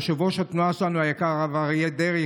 יושב-ראש התנועה שלנו היקר הרב אריה דרעי,